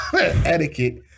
etiquette